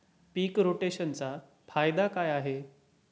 पीक रोटेशनचा फायदा काय आहे?